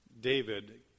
David